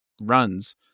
runs